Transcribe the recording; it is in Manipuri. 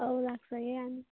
ꯑꯧ ꯂꯥꯛꯆꯒꯦ ꯌꯥꯅꯤ